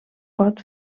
pot